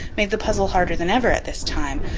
made the puzzle harder than ever at this time,